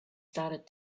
started